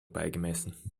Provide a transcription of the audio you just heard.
beigemessen